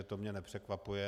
To mě nepřekvapuje.